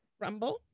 Rumble